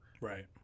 Right